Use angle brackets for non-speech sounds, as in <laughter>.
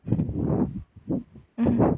<breath> mmhmm